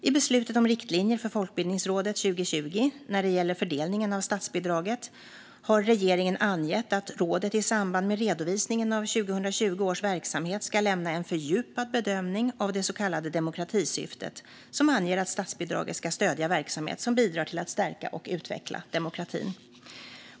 I beslutet om riktlinjer för Folkbildningsrådet 2020, när det gäller fördelningen av statsbidraget, har regeringen angett att rådet i samband med redovisningen av 2020 års verksamhet ska lämna en fördjupad bedömning av det så kallade demokratisyftet, som anger att statsbidraget ska stödja verksamhet som bidrar till att stärka och utveckla demokratin.